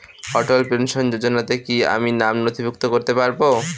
অটল pension যোজনাতে কি আমি নাম নথিভুক্ত করতে পারবো?